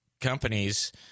companies